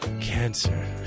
Cancer